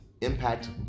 impact